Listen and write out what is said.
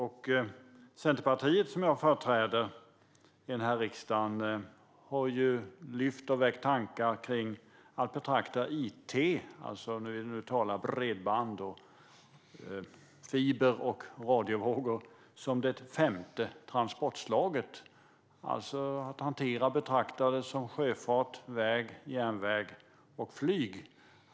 Centerpartiet, som jag företräder i riksdagen, har lyft fram tankar om att betrakta it - bredband, fiber och radiovågor - som det femte transportslaget, det vill säga att hantera som sjöfart, väg, järnväg och flyg.